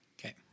Okay